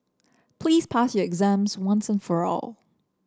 please pass your exams once and for all